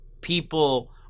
people